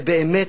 ובאמת,